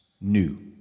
new